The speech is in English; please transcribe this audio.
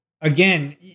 again